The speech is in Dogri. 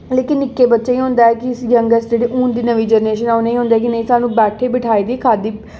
लेकिन निक्के बच्चें गी होंदा कि इसी यंगस्ट जेह्ड़े जेह्ड़ी हून दी नमीं जरनेशन ऐ उ'नेंगी होंदा कि नेईं सानू बैठे बठाए दे खाद्धी